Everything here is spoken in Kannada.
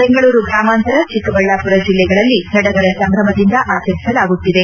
ಬೆಂಗಳೂರು ಗ್ರಾಮಾಂತರ ಚಿಕ್ಕಬಳ್ಳಾಪುರ ಜಿಲ್ಲೆಗಳಲ್ಲಿ ಸಡಗರ ಸಂಭ್ರಮದಿಂದ ಆಚರಿಸಲಾಗುತ್ತಿದೆ